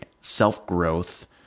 self-growth